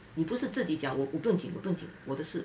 你不是自己讲我不用紧不用紧我的事